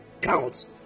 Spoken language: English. counts